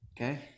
Okay